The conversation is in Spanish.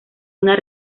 una